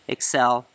Excel